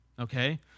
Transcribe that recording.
okay